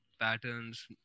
patterns